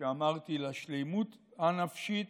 וכפי שאמרתי לשלמות הנפשית,